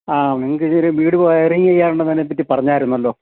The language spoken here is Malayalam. ആ നിങ്ങള്ക്കു ചെറിയ വീട് വയറിങ് ചെയ്യാനുണ്ടെന്നതിനെപ്പറ്റി പറഞ്ഞായിരുന്നല്ലോ